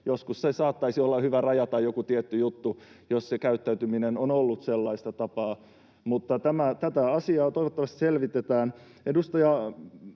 joskus saattaisi olla hyvä rajata joku tietty juttu, jos se käyttäytyminen on ollut sellaista. Tätä asiaa toivottavasti selvitetään.